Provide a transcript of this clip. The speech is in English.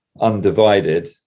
undivided